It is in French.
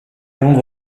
londres